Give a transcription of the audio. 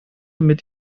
mit